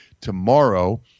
tomorrow